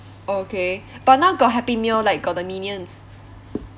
okay but now got happy meal like got the minions